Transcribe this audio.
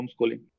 homeschooling